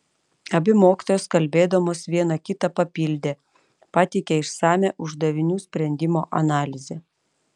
abi mokytojos kalbėdamos viena kitą papildė pateikė išsamią uždavinių sprendimo analizę